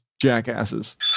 jackasses